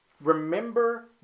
Remember